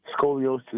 scoliosis